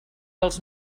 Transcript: pels